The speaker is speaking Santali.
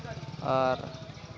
ᱟᱨ